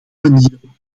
manieren